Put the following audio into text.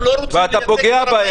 אנחנו לא רוצים --- אבל אתה פוגע בהם.